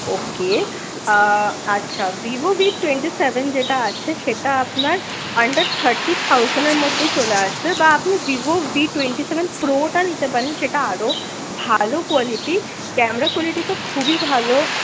ওকে আচ্ছা Vivo V twenty seven যেটা আছে সেটা আপনার আন্ডার থার্টি থাউজেন্ডের মধ্যেই চলে আসবে বা আপনি ভিভো টোয়েন্টি সেভেন প্রোটা নিতে পারেন সেটা আরও ভালো কোয়ালিটি ক্যামেরা কোয়ালিটি তো খুবই ভালো